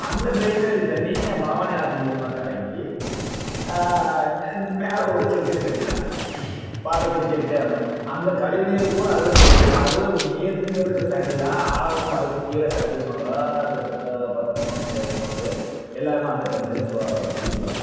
அந்த டிரைனேஜ் தண்ணீர் பவானி ஆற்று மூலயமா கலங்கி மேலே ஒரு செக்டேமு கட்டிட்டான் பாலப்பட்டி செக்டேமு அந்த கழிவு நீர் பூரா அதில் தேங்கி அதில் மீதம் இருக்கிற தண்ணீர்தான் ஆலாங்குப்பம் அதுக்கு கீழே சத்தியமங்கலம் கிட்டத்தட்ட பார்த்தா பவானி சேகர் மக்கள் எல்லாமே அந்த தண்ணீர்தான் இப்போ குடிக்கிறோம்